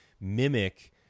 mimic